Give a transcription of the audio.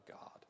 God